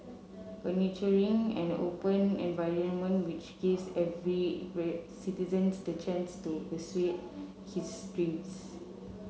a nurturing and open environment which gives every citizens the chance to pursue his dreams